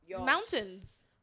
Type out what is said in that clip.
Mountains